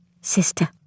Sister